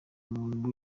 umuntu